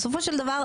בסופו של דבר,